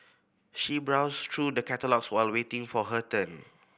she browsed through the catalogues while waiting for her turn